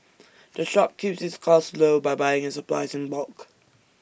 the shop keeps its costs low by buying its supplies in bulk